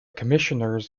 commissioners